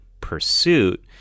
pursuit